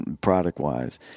product-wise